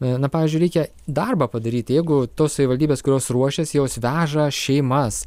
na pavyzdžiui reikia darbą padaryti jeigu tos savivaldybės kurios ruošiasi jau jos veža šeimas